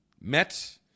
met